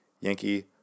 Yankee